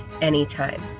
anytime